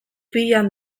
pilean